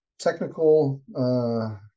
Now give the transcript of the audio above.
technical